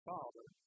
Father